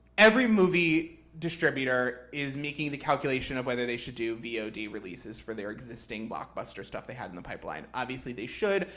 every movie distributor is making the calculation of whether they should do vod so releases for their existing blockbuster stuff they had in the pipeline. obviously, they should,